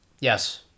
yes